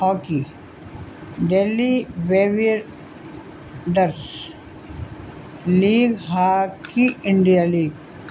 hockey Delhi بوڈس league hockey India league